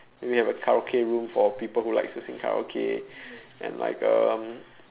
you can have a Karaoke room for people who likes to sing Karaoke and like um